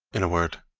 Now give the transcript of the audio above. in a word,